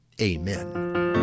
Amen